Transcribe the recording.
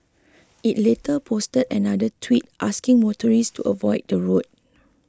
it later posted another Tweet asking motorists to avoid the road